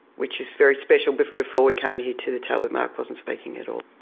which is very special. before before we came here to the talbot, mark wasn't speaking at all.